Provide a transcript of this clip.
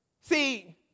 See